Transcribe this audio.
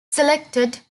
selected